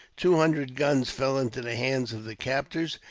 two hundred guns fell into the hands of the captors,